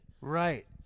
Right